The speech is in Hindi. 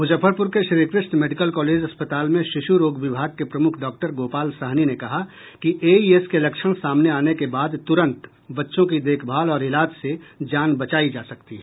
मुजफ्फरपुर के श्री कृष्ण मेडिकल कालेज अस्पताल में शिशुरोग विभाग के प्रमुख डाक्टर गोपाल साहनी ने कहा कि ए ई एस के लक्षण सामने आने के बाद तुरंत बच्चों के देखभाल और इलाज से जान बचाई जा सकती है